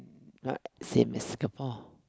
not same as Singapore